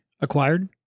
acquired